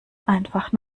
einfach